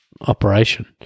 operation